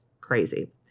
crazy